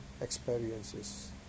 experiences